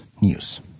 News